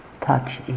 touch